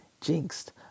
Jinxed